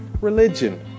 religion